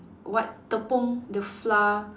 what tepung the flour